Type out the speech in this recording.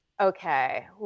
Okay